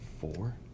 four